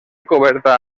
coberta